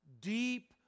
deep